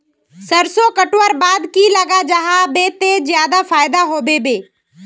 सरसों कटवार बाद की लगा जाहा बे ते ज्यादा फायदा होबे बे?